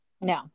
no